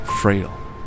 frail